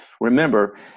Remember